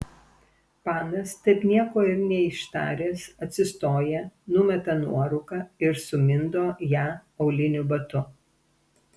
panas taip nieko ir neištaręs atsistoja numeta nuorūką ir sumindo ją auliniu batu